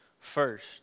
first